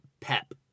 pep